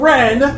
Ren